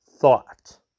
thought